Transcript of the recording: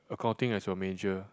accounting as your major